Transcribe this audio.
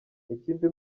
ikindi